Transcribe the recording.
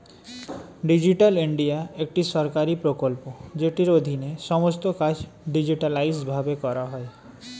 digital India একটি সরকারি প্রকল্প যেটির অধীনে সমস্ত কাজ ডিজিটালাইসড ভাবে করা হয়